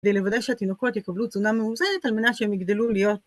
כדי לוודא שהתינוקות יקבלו תזונה מאוזנת על מנת שהם יגדלו להיות...